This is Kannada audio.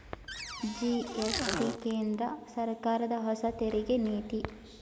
ಜಿ.ಎಸ್.ಟಿ ಕೇಂದ್ರ ಸರ್ಕಾರದ ಹೊಸ ತೆರಿಗೆ ನೀತಿ